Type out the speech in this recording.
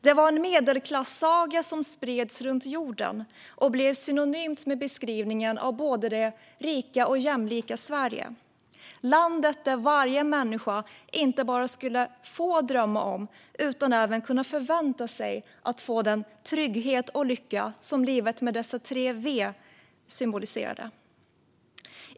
Det var en medelklassaga som spreds runt jorden och blev synonym med beskrivningen av både det rika och jämlika Sverige - landet där varje människa inte bara skulle få drömma om utan även kunna förvänta sig att få den trygghet och lycka som livet med dessa tre ord symboliserade.